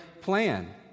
plan